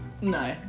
no